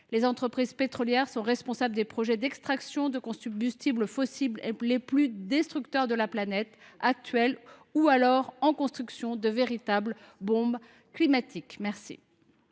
les entreprises pétrolières sont responsables des projets d’extraction de combustibles fossiles les plus destructeurs de la planète, en activité ou en construction : il s’agit de véritables bombes climatiques.